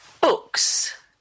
Books